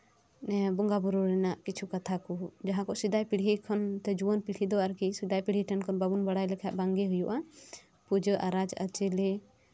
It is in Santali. ᱦᱮᱸ ᱵᱚᱸᱜᱟ ᱵᱩᱨᱩ ᱨᱮᱭᱟᱜ ᱠᱤᱪᱷᱩ ᱠᱟᱛᱷᱟ ᱠᱚ ᱡᱟᱦᱟᱸ ᱠᱚ ᱡᱟᱦᱟᱸ ᱠᱚ ᱥᱮᱫᱟᱭ ᱯᱤᱲᱦᱤ ᱠᱷᱚᱱ ᱡᱩᱣᱟᱹᱱ ᱯᱤᱲᱦᱤ ᱫᱚ ᱟᱨᱠᱤ ᱥᱮᱫᱟᱭ ᱯᱤᱲᱦᱤ ᱴᱷᱮᱱ ᱠᱷᱚᱱ ᱵᱟᱵᱚᱱ ᱵᱟᱲᱟᱭ ᱞᱮᱠᱷᱟᱱ ᱵᱟᱝ ᱜᱮ ᱦᱩᱭᱩᱜᱼᱟ ᱯᱩᱡᱟᱹ ᱟᱨ ᱟᱹᱨᱤᱪᱟᱹᱞᱤ